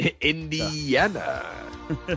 Indiana